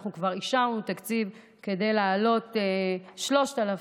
אנחנו כבר אישרנו תקציב כדי להעלות 3,000